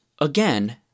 again